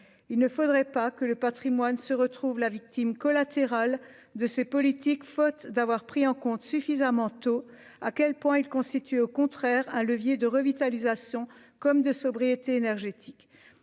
il ne faudrait pas que le Patrimoine se retrouve la victime collatérale de ces politiques, faute d'avoir pris en compte suffisamment tôt à quel point il constitue au contraire un levier de revitalisation comme de sobriété énergétique,